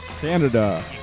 Canada